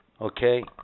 Okay